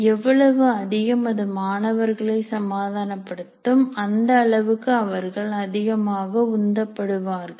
எவ்வளவு அதிகம் அது மாணவர்களை சமாதானப்படுத்தும் அந்த அளவுக்கு அவர்கள் அதிகமாக உந்தப் படுவார்கள்